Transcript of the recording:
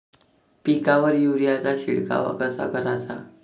पिकावर युरीया चा शिडकाव कसा कराचा?